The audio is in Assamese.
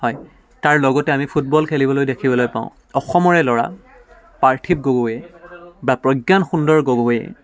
হয় তাৰ লগতে আমি ফুটবল খেলিবলৈ দেখিবলৈ পাওঁ অসমৰে ল'ৰা পাৰ্থিৱ গগৈ বা প্ৰজ্ঞান সুন্দৰ গগৈ